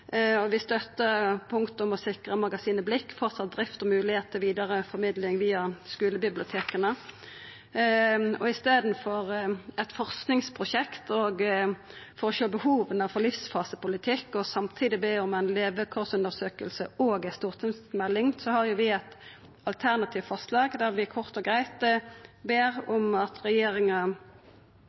Vi støttar punktet om å sikra magasinet Blikk vidare drift og moglegheit til vidare formidling via skulebiblioteka. I staden for eit forskingsprosjekt for å sjå på behova for livsfasepolitikk og samtidig be om ei levekårsundersøking og ei stortingsmelding har vi eit alternativt forslag, der vi kort og greitt ber om at regjeringa